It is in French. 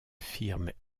firme